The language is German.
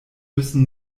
müssen